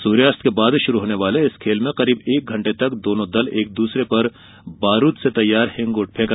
सूर्यास्त के बाद शुरू होने वाले इस ं खेल में करीब एक घंटे तक दोनो दल एक दूसरे पर बारूद से तैयार हिंगोट फेंके